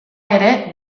ere